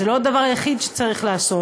זה לא הדבר היחיד שצריך לעשות,